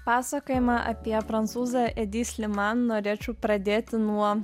pasakojimą apie prancūzą edi sliman norėčiau pradėti nuo